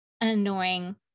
annoying